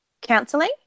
counselling